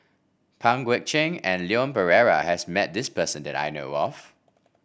Pang Guek Cheng and Leon Perera has met this person that I know of